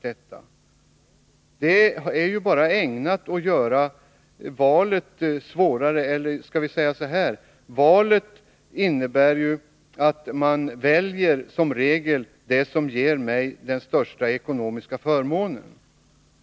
Detta medför att man i regel väljer det som ger den största ekonomiska förmånen.